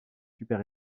super